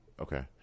Okay